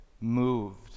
moved